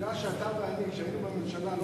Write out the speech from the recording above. בגלל שאתה ואני כשהיינו בממשלה לא